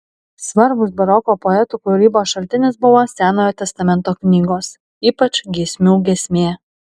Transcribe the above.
svarbus baroko poetų kūrybos šaltinis buvo senojo testamento knygos ypač giesmių giesmė